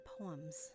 poems